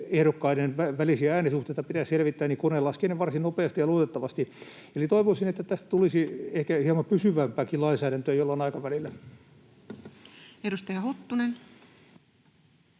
ehdokkaiden välisiä äänisuhteita pitää selvittää, niin kone laskee äänet varsin nopeasti ja luotettavasti. Eli toivoisin, että tästä tulisi ehkä hieman pysyvämpääkin lainsäädäntöä jollain aikavälillä. [Speech